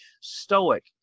stoic